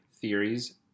theories